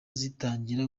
zitangira